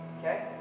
Okay